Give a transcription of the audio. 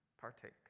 partake